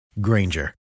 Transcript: Granger